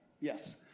Yes